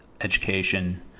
education